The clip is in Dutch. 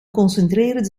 concentreerde